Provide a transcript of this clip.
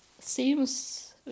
seems